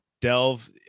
delve